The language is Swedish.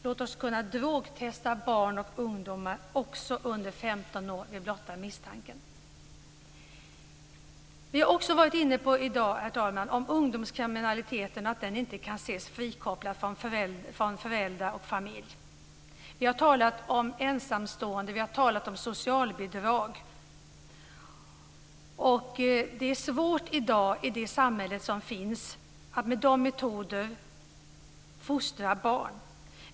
Låt oss kunna drogtesta barn och ungdomar också under 15 års ålder vid blotta misstanken. Herr talman! Vi har i dag också varit inne att ungdomskriminaliteten inte kan ses frikopplad från föräldrar och familj. Vi har talat om ensamstående och socialbidrag. Det är i dag svårt i det samhälle som finns att med dessa metoder fostra barn.